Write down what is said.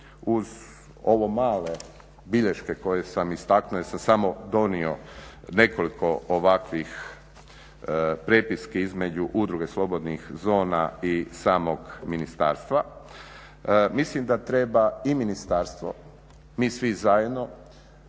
uz ove male bilješke koje sam istaknuo jer sam samo donio nekoliko ovakvih prepiski između udruge slobodnih zona i samog ministarstva mislim da treba i ministarstvo, mi svi zajedno